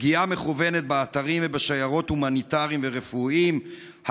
פגיעה מכוונת באתרים ובשיירות הומניטריים ורפואיים,